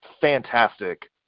fantastic